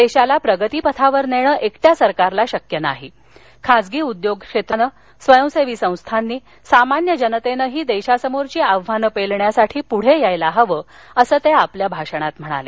देशाला प्रगतीपथावर नेणं एकट्या सरकारला शक्य नाही खाजगी उद्योग क्षेत्रानं स्वयंसेवी संस्थांनी सामान्य जनतेनंही देशासमोरची आव्हानं पेलण्यासाठी पुढे यायला हवं असं ते आपल्या भाषणात म्हणाले